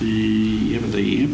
the the